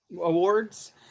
awards